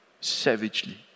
savagely